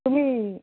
तुम्ही